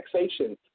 taxation